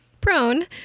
prone